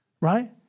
right